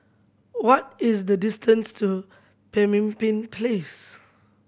what is the distance to Pemimpin Place